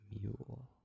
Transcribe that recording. Mule